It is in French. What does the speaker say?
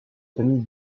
famille